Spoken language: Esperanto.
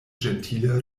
ĝentile